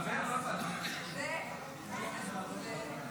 חברת הכנסת מטי צרפתי הרכבי ------ למה אתה לא יכול לדבר?